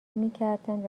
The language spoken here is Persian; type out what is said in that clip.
میکردند